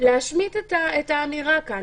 להשמיט את האמירה כאן.